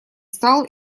стал